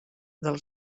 del